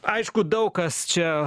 aišku daug kas čia